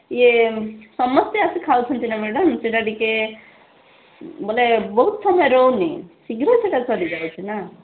ଇଏ ସମସ୍ତେ ଆସି ଖାଉଛନ୍ତି ନା ମ୍ୟାଡ଼ାମ୍ ସେଇଟା ଟିକିଏ ବୋଲେ ବହୁତ ସମୟ ରହୁନି ଶୀଘ୍ର ସେଇଟା ସରିଯାଉଛି ନା